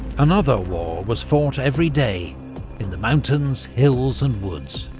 another war was fought every day in the mountains, hills and woods.